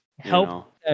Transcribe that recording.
Help